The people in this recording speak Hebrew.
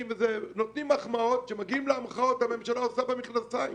אותם אבל כשמגיעים להמחאות הממשלה עושה במכנסיים.